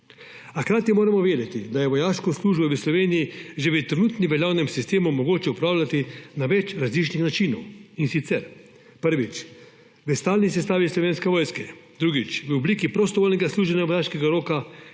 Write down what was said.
hkrati moramo vedeti, da je vojaško službo v Sloveniji že v trenutno veljavnem sistemu mogoče opravljati na več različnih načinov, in sicer, prvič, v stalni sestavi Slovenske vojske, drugič, v obliki prostovoljnega služenja vojaškega roka,